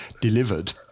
delivered